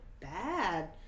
bad